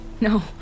No